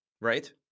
Right